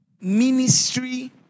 ministry